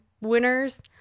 winners